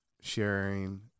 sharing